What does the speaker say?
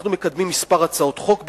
אנחנו מקדמים כמה הצעות חוק בנושא.